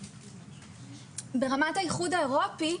ברמת האיחוד האירופי,